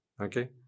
okay